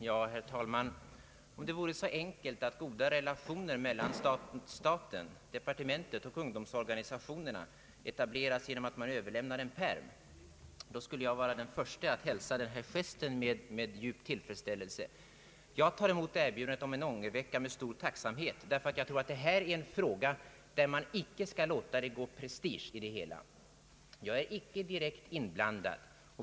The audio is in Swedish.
Herr talman! Om det vore så enkelt att goda relationer mellan staten, departementen och ungdomsorganisationerna etableras genom att man Ööverlämnar en pärm skulle jag vara den förste att hälsa denna gest med djup tillfredsställelse. Jag tar också emot erbjudandet om en ångervecka med stor tacksamhet, ty jag tror att detta är en fråga, som man inte skall låta det gå prestige i. Jag är inte direkt inblandad.